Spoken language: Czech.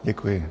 Děkuji.